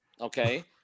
okay